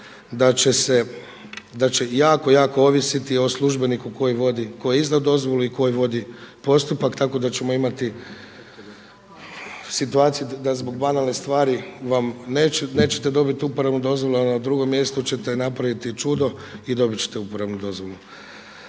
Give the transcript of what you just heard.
da će jako, jako ovisiti o službeniku koji izda dozvolu i koji vodi postupak, tako da ćemo imati situaciju da zbog banalne stvari nećete dobiti uporabnu dozvolu, a na drugom mjestu ćete napraviti čudo i dobit ćete uporabnu dozvolu.